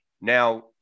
now